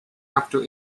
after